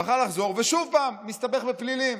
ושוב מסתבך בפלילים.